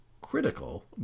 critical